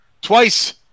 twice